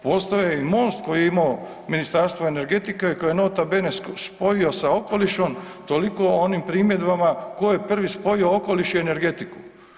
Postojao je i Most koji je imao Ministarstvo energetike koji je nota bene spojio sa okolišom, toliko o onim primjedbama ko je prvi spojio okoliš i energetiku.